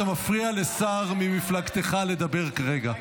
אתה מפריע לשר ממפלגתך לדבר כרגע.